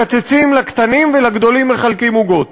מקצצים לקטנים, ולגדולים מחלקים עוגות.